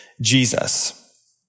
Jesus